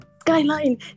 Skyline